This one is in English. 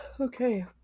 Okay